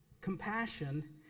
Compassion